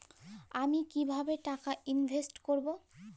আমি কিভাবে টাকা ইনভেস্ট করব?